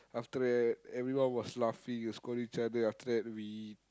after that everyone was laughing and scolding each other after that we